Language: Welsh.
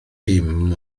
dim